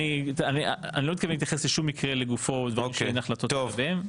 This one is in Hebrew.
אני לא מתכוון להתייחס לשום מקרה לגופו בדברים שאין החלטות לגביהם.